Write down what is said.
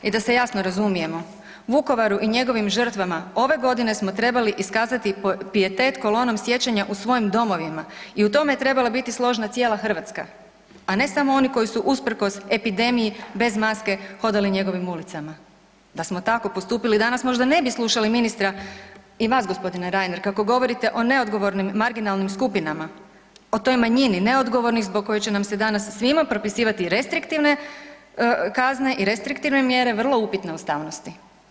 I da se jasno razumijemo, Vukovaru i njegovim žrtvama ove godine smo trebali iskazati pijetet kolonom sjećanja u svojim domovima i u tome je trebala biti složna cijela Hrvatska, a ne samo oni koji su usprkos epidemiji bez maske hodali njegovim ulicama, da smo tako postupili danas možda ne bi slušali ministra i vas gospodine Reiner kako govorite o neodgovornim marginalnim skupinama, o toj manjini neodgovornih zbog kojih će nam se danas svima propisivati restriktivne kazne i restriktivne mjere vrlo upitne ustavnosti.